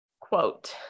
Quote